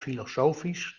filosofisch